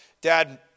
dad